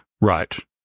Right